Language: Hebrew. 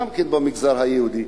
גם במגזר היהודי?